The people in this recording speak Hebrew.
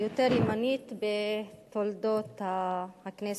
היותר-ימנית בתולדות הכנסת.